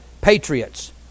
patriots